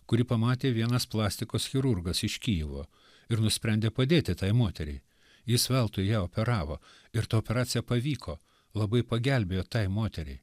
kurį pamatė vienas plastikos chirurgas iš kijivo ir nusprendė padėti tai moteriai jis veltui ją operavo ir ta operacija pavyko labai pagelbėjo tai moteriai